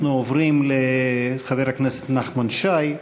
אנחנו עוברים לחבר הכנסת נחמן שי.